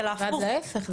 אלא הפוך.